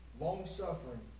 long-suffering